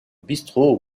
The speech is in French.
bistrot